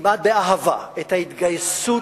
כמעט באהבה, את ההתגייסות,